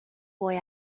boy